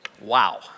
wow